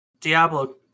diablo